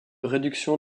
réduction